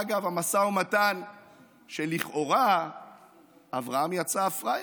אגב, במשא ומתן לכאורה אברהם יצא פראייר.